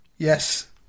Yes